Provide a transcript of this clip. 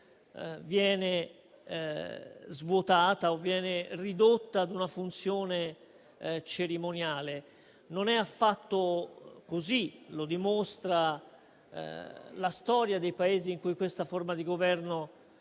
viene svuotata o ridotta ad una funzione cerimoniale. Non è affatto così, come dimostra la storia dei Paesi in cui questa forma di Governo